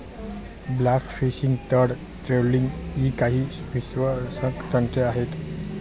blast fishing, तळ trawling इ काही विध्वंसक तंत्रे आहेत